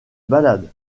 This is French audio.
ballade